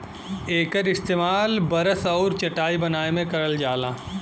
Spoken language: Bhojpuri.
एकर इस्तेमाल बरस आउर चटाई बनाए में करल जाला